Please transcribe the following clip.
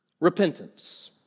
repentance